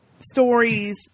stories